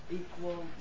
equal